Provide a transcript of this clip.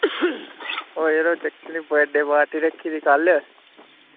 ओह् यरो जाकते दी बर्डे पार्टी रक्खी दी कल